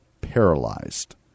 Paralyzed